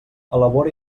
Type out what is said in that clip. elabora